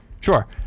Sure